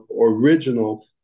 original